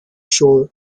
shore